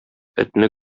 этне